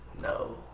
No